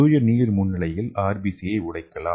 தூய நீர் முன்னிலையில் ஆர்பிசி உடைக்கலாம்